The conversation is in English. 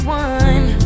one